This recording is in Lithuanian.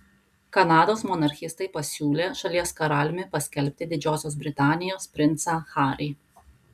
kanados monarchistai pasiūlė šalies karaliumi paskelbti didžiosios britanijos princą harį